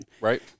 Right